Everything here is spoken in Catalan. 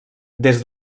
des